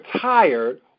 tired